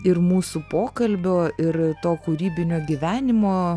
ir mūsų pokalbio ir to kūrybinio gyvenimo